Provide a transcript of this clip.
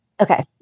Okay